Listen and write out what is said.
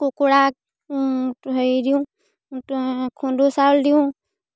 কুকুৰাক হেৰি দিওঁ খুন্দু চাউল দিওঁ